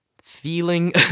feeling